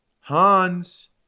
Hans